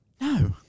no